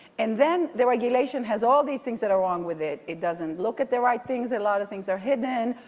and then the regulation has all these things that are wrong with it. it doesn't look at the right things, a lot of things are hidden,